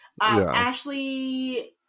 Ashley